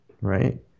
right